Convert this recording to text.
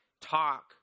talk